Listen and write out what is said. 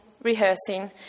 rehearsing